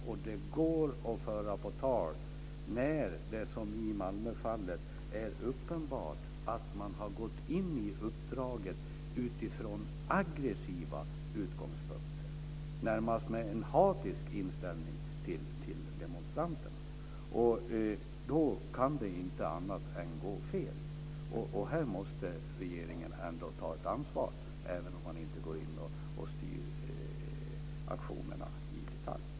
Och det går att föra på tal när det, som i Malmöfallet, är uppenbart att man har gått in i uppdraget utifrån aggressiva utgångspunkter, närmast med en hatisk inställning till demonstranterna. Då kan det inte annat än gå fel. Här måste regeringen ta ett ansvar, även om man inte går in och styr aktionerna i detalj.